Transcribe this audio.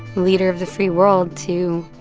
leader of the free world to